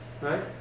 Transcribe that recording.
Right